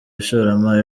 ishoramari